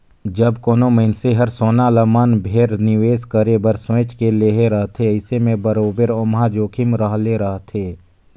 जब कोनो मइनसे हर सोना ल मन भेर निवेस करे बर सोंएच के लेहे रहथे अइसे में बरोबेर ओम्हां जोखिम रहले रहथे